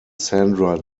sandra